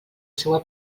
seua